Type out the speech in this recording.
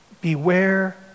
Beware